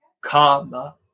Karma